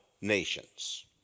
nations